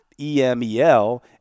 E-M-E-L